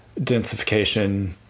densification